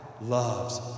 loves